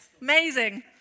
Amazing